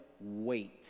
wait